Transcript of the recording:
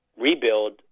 Rebuild